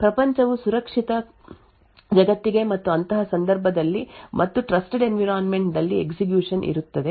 ಪ್ರಪಂಚವು ಸುರಕ್ಷಿತ ಜಗತ್ತಿಗೆ ಮತ್ತು ಅಂತಹ ಸಂದರ್ಭದಲ್ಲಿ ಮತ್ತು ಟ್ರಸ್ಟೆಡ್ ಎನ್ವಿರಾನ್ಮೆಂಟ್ ದಲ್ಲಿ ಎಸ್ಎಕ್ಯುಷನ್ ಇರುತ್ತದೆ